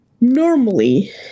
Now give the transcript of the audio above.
normally